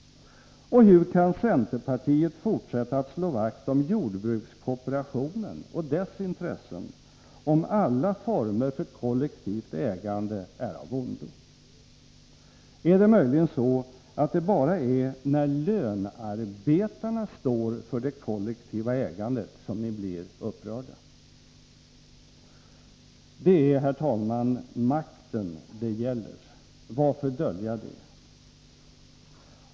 Och hur kan centerpartiet fortsätta att slå vakt om jordbrukskooperationen och dess intressen, om alla former för kollektivt ägande är av ondo? Är det möjligen så att det bara är när lönarbetarna står för det kollektiva ägandet som ni blir upprörda? Herr talman! Det är makten det gäller. Varför dölja det?